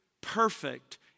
perfect